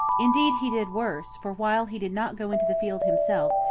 indeed, he did worse, for, while he did not go into the field himself,